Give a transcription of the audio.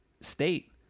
state